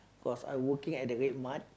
cause I working at the Red Mart